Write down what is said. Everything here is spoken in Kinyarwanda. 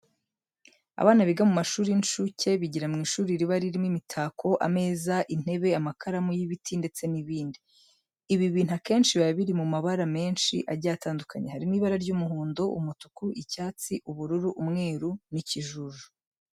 Abana biga mu mashuri y'incuke bigira mu ishuri riba ririmo imitako, ameza, intebe, amakaramu y'ibiti ndetse n'ibindi. Ibi bintu akenshi biba biri mu mabara menshi agiye atandukanye, harimo ibara ry'umuhondo, umutuku, icyatsi, ubururu, umweru n'ikijuju.